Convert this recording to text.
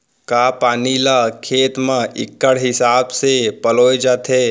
का पानी ला खेत म इक्कड़ हिसाब से पलोय जाथे?